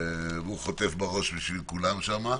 והוא חוטף בראש בשביל כולם שם.